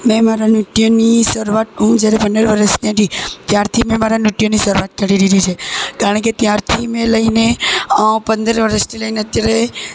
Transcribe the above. મેં મારા નૃત્યની શરૂઆત હું જ્યારે પંદર વરસની હતી ત્યારથી મેં મારા નૃત્યની શરૂઆત કરી દીધી છે કારણ કે ત્યારથી મેં લઈને પંદર વરસથી લઈને અત્યારે